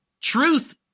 Truth